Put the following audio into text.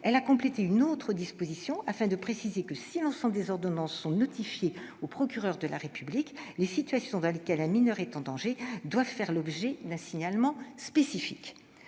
Elle a complété une autre disposition pour préciser que si l'ensemble des ordonnances sont notifiées au procureur de la République, les situations dans lesquelles un mineur est en danger doivent faire l'objet d'un signalement spécifique.